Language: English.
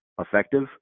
effective